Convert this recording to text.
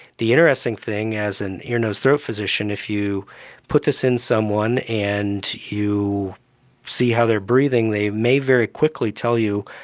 the interesting thing as an ear, nose, throat physician, if you put this in the someone and you see how they are breathing, they may very quickly tell you,